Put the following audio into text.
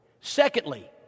Secondly